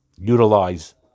utilize